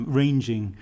ranging